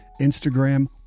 Instagram